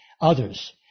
others